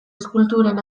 eskulturen